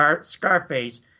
Scarface